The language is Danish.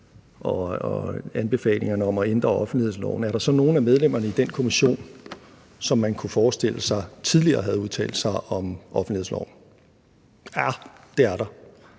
anbefalingerne om at ændre offentlighedsloven, er der så nogen af medlemmerne i den kommission, som man kunne forestille sig tidligere havde udtalt sig om offentlighedsloven? Ja, det er der.